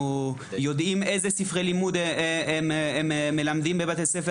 האם אנחנו יודעים מה הם ספרי הלימוד בהם למדו אותם